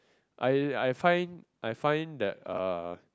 I I find I find that uh